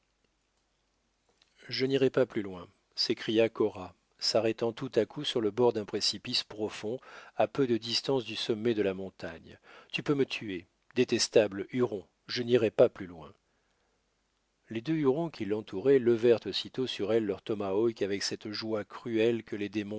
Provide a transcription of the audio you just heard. je n'irai pas plus loin s'écria cora s'arrêtant tout à coup sur le bord d'un précipice profond à peu de distance du sommet de la montagne tu peux me tuer détestable huron je n'irai pas plus loin les deux hurons qui l'entouraient levèrent aussitôt sur elle leurs tomahawks avec cette joie cruelle que les démons